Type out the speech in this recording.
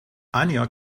anja